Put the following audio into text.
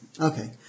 Okay